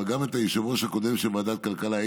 אבל גם את היושב-ראש הקודם של ועדת כלכלה,